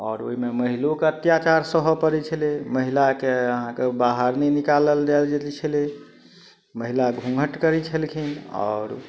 आओर ओइमे महिलोके अत्याचार सहय पड़य छलै महिलाके अहाँके बाहर नहि निकालल जाइ छलै महिला घुँघट करय छलखिन आओर